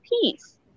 peace